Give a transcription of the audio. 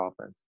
offense